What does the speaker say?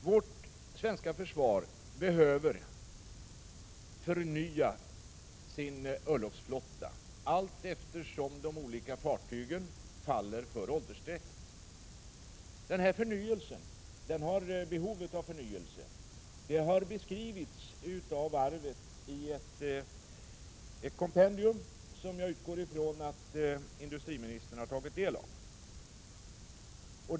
Vårt svenska försvar behöver förnya sin örlogsflotta allteftersom de olika fartygen faller för åldersstrecket. Detta behov av förnyelse har beskrivits av varvet i ett kompendium som jag utgår ifrån att industriministern har tagit del av.